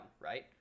right